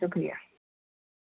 شُکریہ